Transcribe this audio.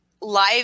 live